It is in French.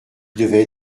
devait